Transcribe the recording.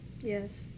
Yes